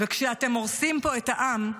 וכשאתם הורסים פה את העם,